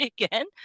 again